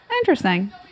interesting